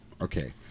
okay